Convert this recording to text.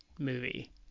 movie